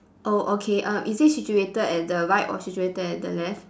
oh okay uh is it situated at the right or situated at the left